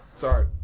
Sorry